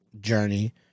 journey